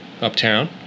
uptown